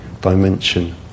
dimension